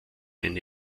eine